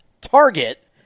Target